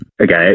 okay